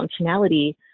functionality